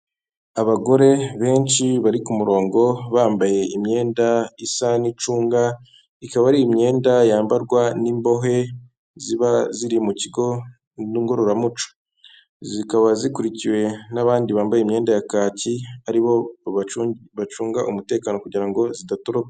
Abagore benshi bari ku murongo bambaye imyenda isa n'icunga, ikaba ari imyenda yambarwa n'imbohe ziba ziri mu kigo ngororamuco. Zikaba zikurikiwe n'abandi bambaye imyenda ya kaki, ari bo bacunga umutekano kugira ngo zidatoroka.